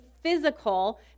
physical